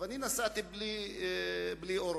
ואני נסעתי בלי אורות.